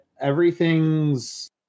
everything's